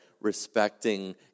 respecting